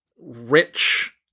rich